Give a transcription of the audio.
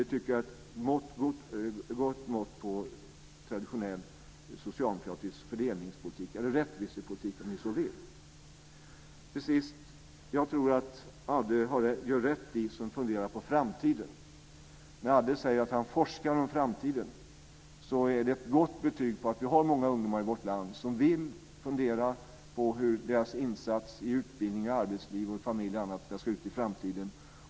Det tycker jag är ett gott mått på traditionell socialdemokratisk fördelningspolitik, eller rättvisepolitik om ni så vill. Till sist: Jag tror att Adde gör rätt i att fundera över framtiden. När Adde säger att han forskar om framtiden är det ett gott betyg som visar att vi har många ungdomar i vårt land som vill fundera på hur deras insatser i utbildning, arbetsliv, familj och annat ska se ut i framtiden.